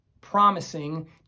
promising